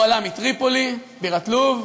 הוא עלה מטריפולי בירת לוב,